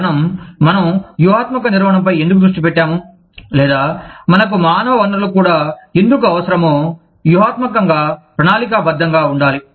కారణం మనం వ్యూహాత్మక నిర్వహణపై ఎందుకు దృష్టి పెట్టాము లేదా మనకు మానవ వనరులు కూడా ఎందుకు అవసరమో వ్యూహాత్మకంగా ప్రణాళికాబద్ధంగా ఉండాలి